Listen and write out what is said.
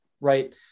Right